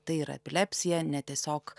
tai yra epilepsija ne tiesiog